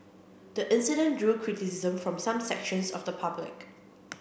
the incident drew criticism from some sections of the public